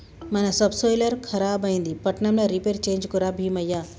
మన సబ్సోయిలర్ ఖరాబైంది పట్నంల రిపేర్ చేయించుక రా బీమయ్య